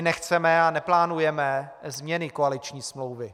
Nechceme a neplánujeme změny koaliční smlouvy.